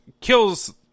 kills